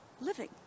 living